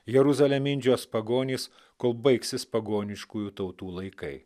jeruzalę mindžios pagonys kol baigsis pagoniškųjų tautų laikai